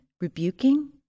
rebuking